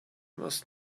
must